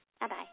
Bye-bye